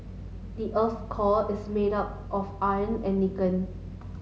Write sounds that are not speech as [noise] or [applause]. the earth's core is made of iron and [unintelligible]